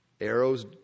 Arrows